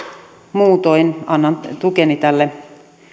muutoin annan tukeni tälle